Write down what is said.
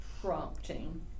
prompting